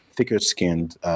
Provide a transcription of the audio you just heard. Thicker-skinned